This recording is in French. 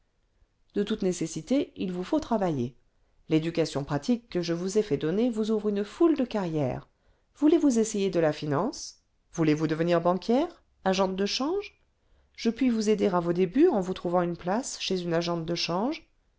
de toute nécessité il vous faut travailler l'éducation pratique que je vous ai fait donner vous ouvre une foule de carrières voulez-vous essayer de la finance voulez-vous devenir banquière agente de change je puis aider à vos débuts en vous trouvant une place chez une agente de change